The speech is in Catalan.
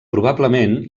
probablement